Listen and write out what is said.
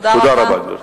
תודה רבה, גברתי.